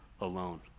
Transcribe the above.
alone